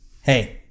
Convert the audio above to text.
Hey